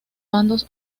bandos